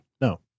No